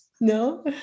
No